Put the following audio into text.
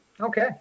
Okay